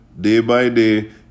day-by-day